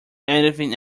anything